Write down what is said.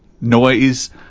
noise